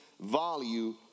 value